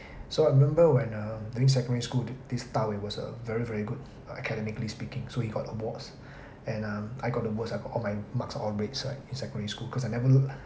so I remember when uh during secondary school the this da wei was uh very very good academically speaking so he got awards and uh I got the worst I got all my marks all red like in secondary school cause I never